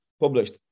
published